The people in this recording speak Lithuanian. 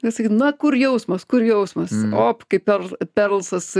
nes sakys na kur jausmas kur jausmas op kaip per perlsas